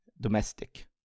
domestic